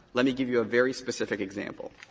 let me give you a very specific example.